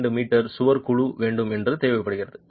2 metre சுவர் குழு வேண்டும் என்று தேவைப்படுகிறது